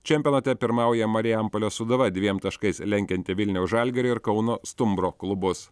čempionate pirmauja marijampolės sūduva dviem taškais lenkianti vilniaus žalgirio ir kauno stumbro klubus